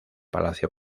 palacio